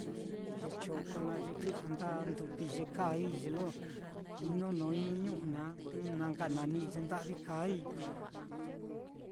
Ye choko naá ye kui'ya nda ndukui ye kaai ye lo inonoi nuu ñu'u naá jnu na nka nani'i ye nda'vi kaai.